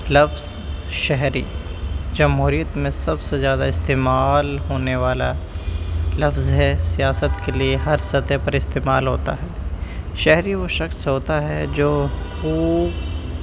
لفظ شہری جمہوریت میں سب سے زیادہ استعمال ہونے والا لفظ ہے سیاست کے لیے ہر سطح پر استعمال ہوتا ہے شہری وہ شخص ہوتا ہے جو خوب